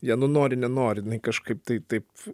ją nu nori nenori kažkaip tai taip